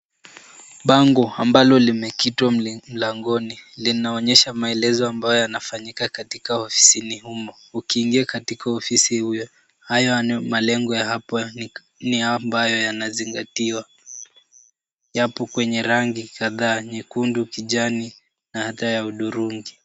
Bango ambalo limekitwa mlangoni linaonyesha maelezo ambayo yanafanyika katika ofisini humo. Ukiingia katika ofisi hiyo hayo ni malengo yapa ni ambayo yanazingatiwa japo kwenye rangi kadhaa nyekundu kijani na hata ya hudhurungi.